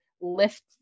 lift